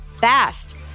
fast